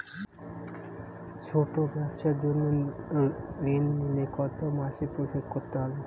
ছোট ব্যবসার জন্য ঋণ নিলে কত মাসে পরিশোধ করতে হয়?